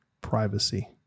privacy